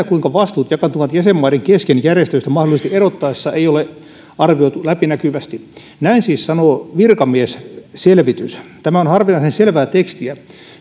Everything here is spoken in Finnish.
kuinka vastuut jakaantuvat jäsenmaiden kesken järjestöistä mahdollisesti erottaessa ei ole arvioitu läpinäkyvästi näin siis sanoo virkamiesselvitys ja tämä on harvinaisen selvää tekstiä